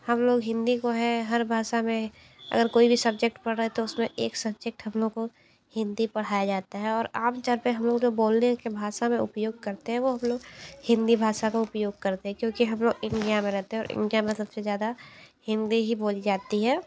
हम लोग हिंदी को है हर भाषा में अगर कोई भी सब्जेक्ट पढ़ रहा है तो उस में एक सब्जेक्ट हम लोग को हिंदी पढ़ाया जाता है और आमतौर पर हम लोग जो बोलने की भाषा में उपयोग करते हैं वो हम लोग हिंदी भाषा का उपयोग करते हैं क्योंकि हम लोग इंडिया में रहते हैं और इंडिया में सब से ज़्यादा हिंदी ही बोली जाती है